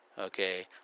Okay